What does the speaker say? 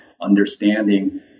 understanding